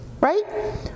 right